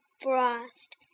frost